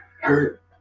hurt